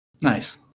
Nice